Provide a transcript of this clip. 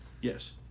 Yes